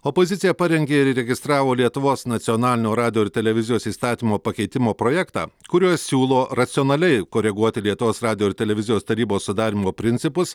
opozicija parengė ir įregistravo lietuvos nacionalinio radijo ir televizijos įstatymo pakeitimo projektą kuriuo siūlo racionaliai koreguoti lietuvos radijo ir televizijos tarybos sudarymo principus